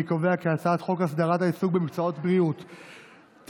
אני קובע כי הצעת חוק הסדרת העיסוק במקצועות הבריאות (תיקון,